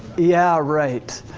yeah, right.